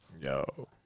yo